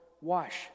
wash